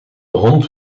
hond